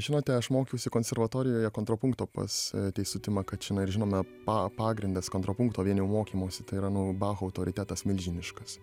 žinote aš mokiausi konservatorijoje kontrapunkto pas teisutį makačiną ir žinoma pa pagrindas kontrapunkto vien jo mokymosi tai yra nu bacho autoritetas milžiniškas